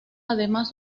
además